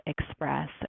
express